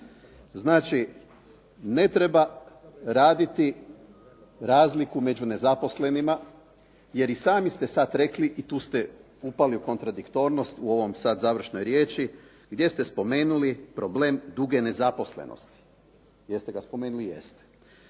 Znači ne treba raditi razliku među nezaposlenima jer i sami ste sada rekli i tu ste upali u kontradiktornost u ovoj sada završnoj riječi gdje ste spomenuli problem duge nezaposlenosti. Jeste ga spomenuli, jeste?